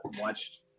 watched